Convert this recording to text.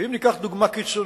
אם ניקח דוגמה קיצונית,